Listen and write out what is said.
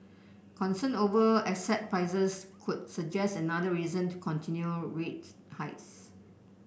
concern over asset prices could suggest another reason to continue rates hikes